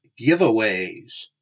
giveaways